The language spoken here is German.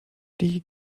die